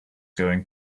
going